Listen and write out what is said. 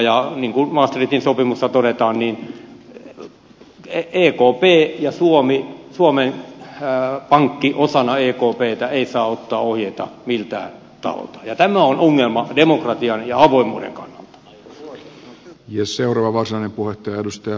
ja niin kuin maastrichtin sopimuksessa todetaan ekp ja suomen pankki osana ekptä eivät saa ottaa ohjeita miltään taholta ja tämä on ongelma demokratian ja avoimuuden kannalta